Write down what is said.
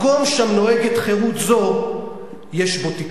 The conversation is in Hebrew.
מקום שם נוהגת חירות זו יש בו תקווה.